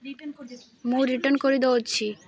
return କରିିଦେବି ମୁଁ return କରିଦଉଛି